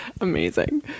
Amazing